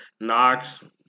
Knox